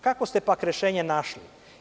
kakvo ste rešenje našli?